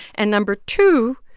and number two,